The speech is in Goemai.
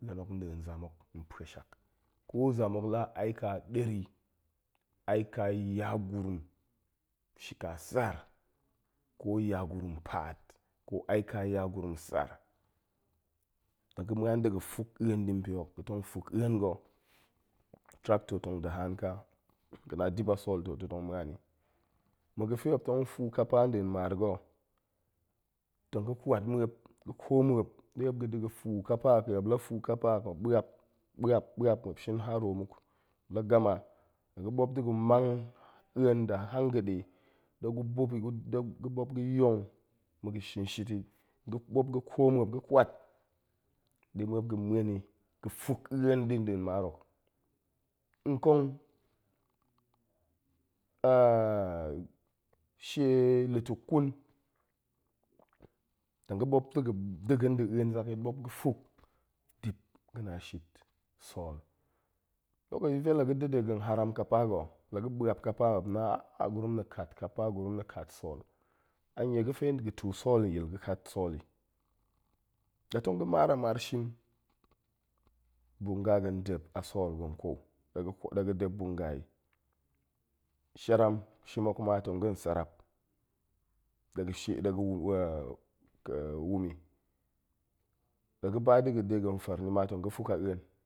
A̱en hok nɗin nzam hok npa̱shak. ko zam hok la aika ɗeri, aika yagurum shika sar, ko yagurum paat, ko aika yagurum sar, la ga̱ ma̱an da̱ ga̱ fuk a̱en ɗi pe hok la ga̱ ma̱an da̱ ga̱ fuk a̱en ɗi npe hok ga̱ tong fuk a̱en ga̱ tractor tong da̱ haan ƙa. ga̱na dip a sool to ta̱ tong ma̱an i. na̱ ga̱fe tong fuu ƙapa nɗin maar ga̱, tong ga̱ kwat muop, ga̱ kwo ɗe muop ga̱ da̱ fuu ƙapa hok i, muop la fuu ƙapa hok, muop ɓuap-ɓuop-ɓuop, muop shin harow muk, muop la gama, tong ga̱ ɓuop da̱ ga̱ mang a̱en nda̱ hanga̱ɗe ɗe gu buk i ga̱ muop yong ga̱ yong ma̱ ga̱ snin shit i, ga̱ muop ga̱ kwo muop, ga̱ kwaat ɗe muop ga̱ ma̱en ga̱ fuk a̱en ɗi nɗin maar hok. nkong shie lutuk ƙun, tong ga̱ muop da̱ ga̱ da̱ ga̱n da̱ a̱en zakyit, muop ga̱ fuk dip ga̱na̱ a shit sool. lakashi ga̱fe tong ga̱ da̱ de haram ƙapa ga̱, la ga̱ ɓa̱ap ƙapa muop na a gurum na̱ kat ƙapa, gurum na̱ kat sool, a nie ga̱fe ga̱ tuu sool yil, ga̱ kat sool i. la tong ga̱ maar a maar shim, bunga ga̱n dep a sool ga̱ kwo ɗe ga̱ dep bunga isharam shim hok ma tong ga̱n sarap ɗe ga̱ wum i, la ga̱ ba de ga̱n fa̱r ni ma tong ga̱ fuk a a̱en